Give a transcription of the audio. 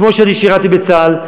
כמו שאני שירתי בצה"ל,